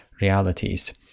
realities